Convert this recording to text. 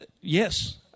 Yes